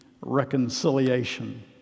reconciliation